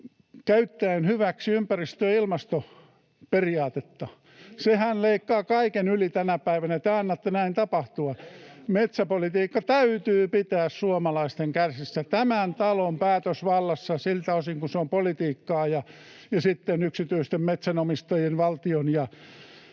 käyttäen hyväksi ympäristö‑ ja ilmastoperiaatetta. Sehän leikkaa kaiken yli tänä päivänä — te annatte näin tapahtua. Metsäpolitiikka täytyy pitää suomalaisten käsissä, tämän talon päätösvallassa siltä osin, kun se on politiikkaa, ja sitten antaa yksityisten metsänomistajien, valtion